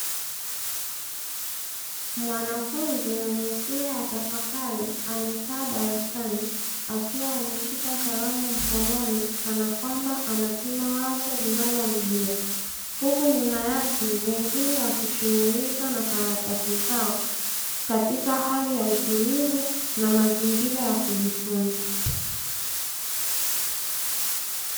Mwanafunzi mwenye sura ya tafakari amekaa darasani akiwa ameshika karamu mkononi kana kwamba anapima wazi linalo mjia huku nyuma yake wengine wakishughulika na karatasi zao katika hali ya utulivu na mazingira ya kujifunza.